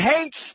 hates